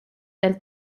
del